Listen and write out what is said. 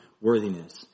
worthiness